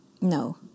No